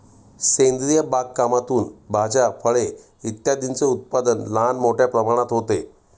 सेंद्रिय बागकामातून भाज्या, फळे इत्यादींचे उत्पादन लहान मोठ्या प्रमाणात होते